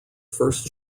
first